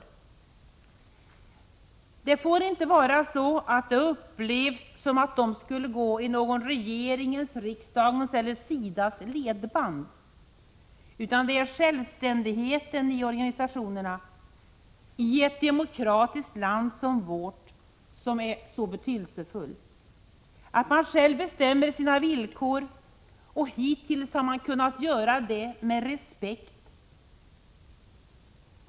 Det får inte upplevas så att de skall gå i regeringens, riksdagens eller SIDA:s ledband. Det är självständigheten hos organisationerna i ett demokratiskt land som vårt som är så betydelsefull. Man bestämmer själv sina villkor — hittills har man kunnat göra det.